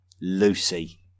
Lucy